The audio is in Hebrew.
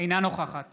אינה נוכחת